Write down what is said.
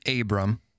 Abram